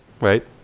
Right